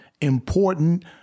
important